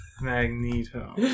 Magneto